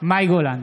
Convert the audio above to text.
מאי גולן,